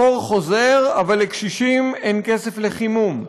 הקור חוזר, אבל לקשישים אין כסף לחימום,